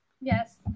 Yes